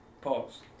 Pause